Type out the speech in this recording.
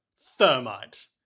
Thermite